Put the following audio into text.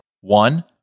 one